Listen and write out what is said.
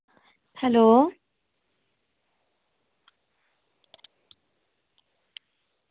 hello